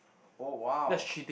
oh !wow!